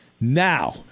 now